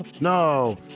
No